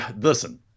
Listen